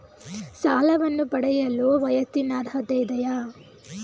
ಸಾಲವನ್ನು ಪಡೆಯಲು ವಯಸ್ಸಿನ ಅರ್ಹತೆ ಇದೆಯಾ?